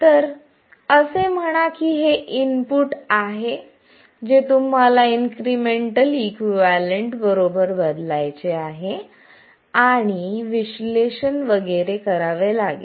तर असे म्हणा की हे इनपुट आहे जे तुम्हाला इन्क्रिमेंटअल इक्विवलेंट बरोबर बदलायचे आहे आणि विश्लेषण वगैरे करावे लागेल